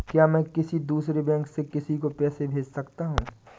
क्या मैं किसी दूसरे बैंक से किसी को पैसे भेज सकता हूँ?